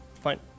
fine